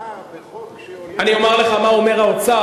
הצבעה בחוק שעולה, אני אומר לך מה אומר האוצר.